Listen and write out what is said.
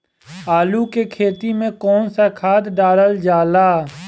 आलू के खेती में कवन सा खाद डालल जाला?